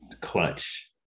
clutch